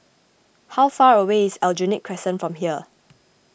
how far away is Aljunied Crescent from here